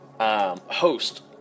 Host